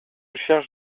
charge